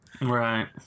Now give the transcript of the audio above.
Right